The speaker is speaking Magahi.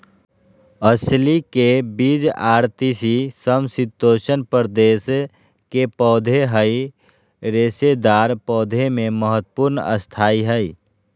अलसी के बीज आर तीसी समशितोष्ण प्रदेश के पौधा हई रेशेदार पौधा मे महत्वपूर्ण स्थान हई